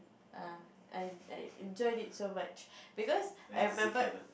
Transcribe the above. ah I I enjoyed it so much because I remember